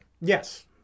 Yes